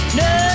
no